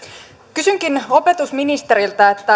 kysynkin opetusministeriltä